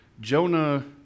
Jonah